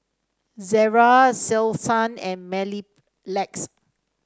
Ezerra Selsun and Mepilex